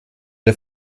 der